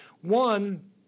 One